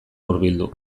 hurbildu